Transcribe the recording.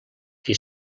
qui